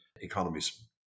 economies